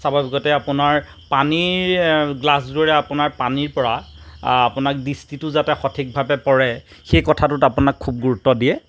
চাব আপোনাৰ পানীৰ গ্লাছযোৰে আপোনাক পানীৰ পৰা আপোনাক দৃষ্টিটো যাতে সঠিকভাৱে পৰে সেইকথাটোত আপোনাক খুব গুৰুত্ব দিয়ে